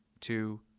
two